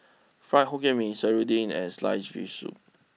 Fried Hokkien Mee Serunding and sliced Fish Soup